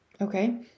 Okay